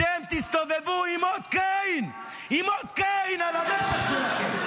אתם תסתובבו עם אות קין, עם אות קין על המצח שלכם.